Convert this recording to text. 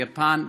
יפן וכו'